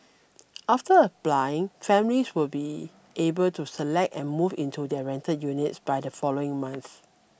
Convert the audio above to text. after applying families will be able to select and move into the rental units by the following month